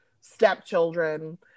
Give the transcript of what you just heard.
stepchildren